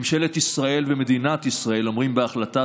ממשלת ישראל ומדינת ישראל אומרות בהחלטה